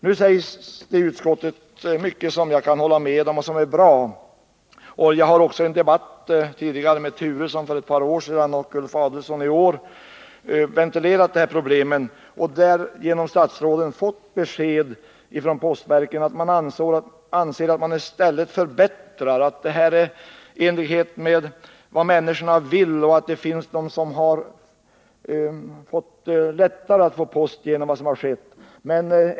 Nu skriver utskottet mycket som jag kan hålla med om och som är bra. Jag har i tidigare debatter — med Bo Turesson för ett par år sedan och med Ulf Adelsohn i år — ventilerat de här problemen. Jag har då genom statsråden fått besked från postverket om att man i stället anser att man har förbättrat servicen, att de företagna åtgärderna är i enlighet med vad folk vill och att det finns människor för vilka det blivit lättare att få post genom vad som skett.